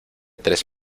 tres